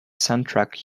soundtrack